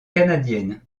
canadienne